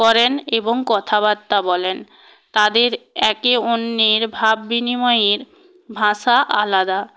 করেন এবং কথাবার্তা বলেন তাদের একে অন্যের ভাব বিনিময়ের ভাষা আলাদা